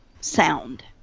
sound